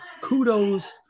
kudos